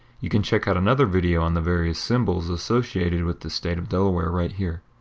you can check out another video on the various symbols associated with the state of delaware right here.